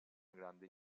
grande